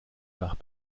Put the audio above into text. nach